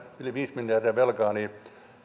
yli viisi miljardia velkaa niin